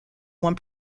one